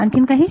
आणखीन काही